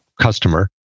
customer